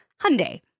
Hyundai